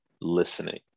listening